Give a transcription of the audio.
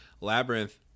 Labyrinth